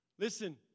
Listen